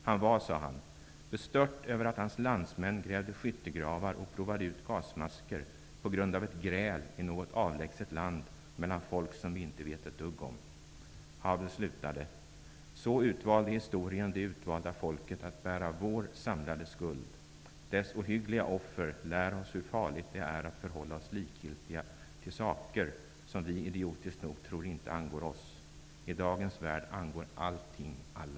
Han var, sade han bestört över att hans landsmän grävde skyttegravar och provade ut gasmasker ''på grund av ett gräl i något avlägset land mellan folk som vi inte vet ett dugg om''. Havel slutade: ''Och så utvalde historien det utvalda folket att bära vår samlade skuld. Dess ohyggliga offer lär oss hur farligt det är att förhålla oss likgiltiga till saker som vi idiotiskt nog tror inte angår oss. I dagens värld angår allting alla.''